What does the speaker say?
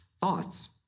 thoughts